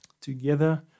Together